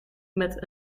met